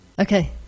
Okay